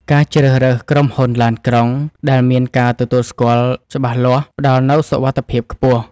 ការជ្រើសរើសក្រុមហ៊ុនឡានក្រុងដែលមានការទទួលស្គាល់ច្បាស់លាស់ ផ្តល់នូវសុវត្ថិភាពខ្ពស់។